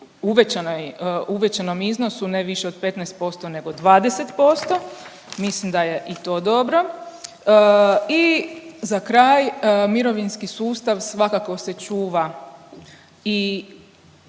uvećanom iznosu ne više od 15% nego 20%, mislim da je i to dobro i za kraj, mirovinski sustav svakako se čuva i